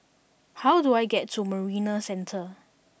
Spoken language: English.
how do I get to Marina Centre